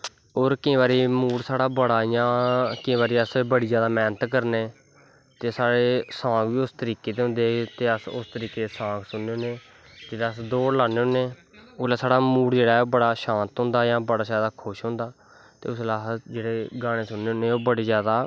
और मूड़ केंई बारी साढ़ा बड़ा इयां केंई बारी बड़ी अस मैह्नत कर नें ते साढ़े सांग बी उस तरीके दे होंदे ते अस उस तरीके दे सांग सुननें होनें जिसलै अस दौड़ लान्ने होनें उसलै साढ़ा मूड़ बड़ा शांत होंदा जां बड़ा जादा खुश होंदा ते उसलै जेह्ड़े अस गानें सुननें होनें ओह् बड़े जादा